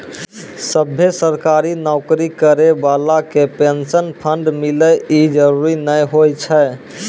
सभ्भे सरकारी नौकरी करै बाला के पेंशन फंड मिले इ जरुरी नै होय छै